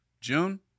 June